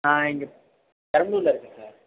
நான் இங்கே பழனில இருக்கேன் சார்